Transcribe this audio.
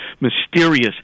mysterious